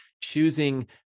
choosing